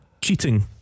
Cheating